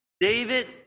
David